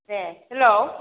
A hello